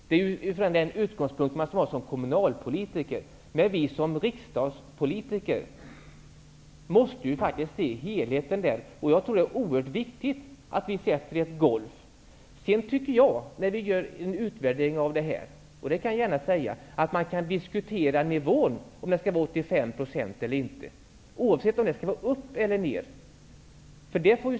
Det är den utgångspunkten man har som kommunalpolitiker, men vi som riksdagspolitiker måste faktiskt se helheten, och jag tror att det är oerhört viktigt att vi sätter ett golv. Sedan kan jag gärna säga att när vi har fått en utvärdering kan vi diskutera om nivån skall vara 85 % eller inte, oavsett om det skall vara upp eller ned.